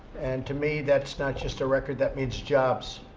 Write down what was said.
and, to me, that's not just a record that means jobs.